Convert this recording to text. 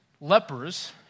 lepers